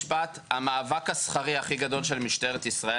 המאבק השכרי הכי גדול של משטרת ישראל